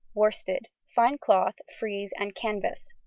worsted, fine cloth, frieze, and canvas.